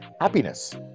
happiness